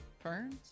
Ferns